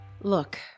Look